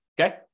Okay